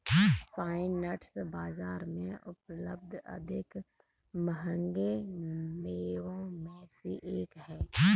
pine nuts बाजार में उपलब्ध अधिक महंगे मेवों में से एक हैं